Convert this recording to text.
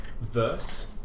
verse